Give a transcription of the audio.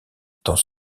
dans